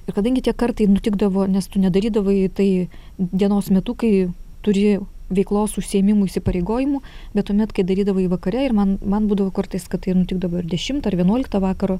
ir kadangi tie kartai nutikdavo nes tu nedarydavai tai dienos metu kai turi veiklos užsiėmimų įsipareigojimų bet tuomet kai darydavai vakare ir man man būdavo kartais kad tai ir nutikdavo ir dešimtą ir vienuoliktą vakaro